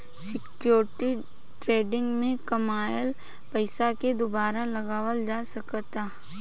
security trading में कामयिल पइसा के दुबारा लगावल जा सकऽता